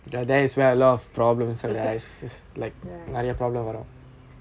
ya